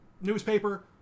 newspaper